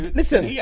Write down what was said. listen